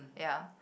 ya